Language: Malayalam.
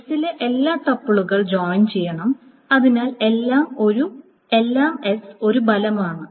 s ലെ എല്ലാ ടപ്പിളുകൾ ജോയിൻ ചെയ്യണം അതിനാൽ എല്ലാം s ഒരു ഫലമാണ്